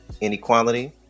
inequality